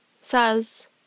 says